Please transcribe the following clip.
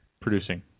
producing